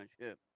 ship